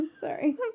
Sorry